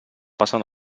passen